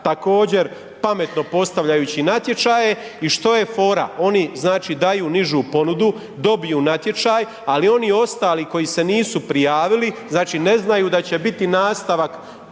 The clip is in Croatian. također pametno postavljajući natječaje i što je fora, oni znači daju nižu ponudu, dobiju natječaj, ali oni ostali koji se nisu prijavili, znači ne znaju da će biti nastavak